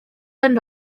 and